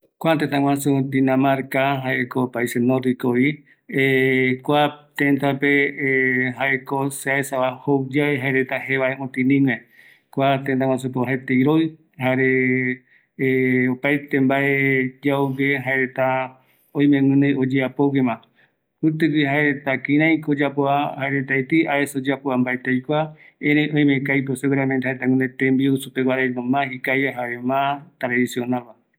Jaenungavi kua dinamarka, jaereta jeta jouva jevae otïnigue, kua tëtäpe jeta iroɨ, jare jembiureta oyegua supermercado rupi, comida rapida jei supereta, erei jaereta oesauka tembiureta ikavigue oïme jeta, jare jepi yaevi yakaru vaera